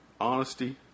honesty